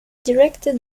directed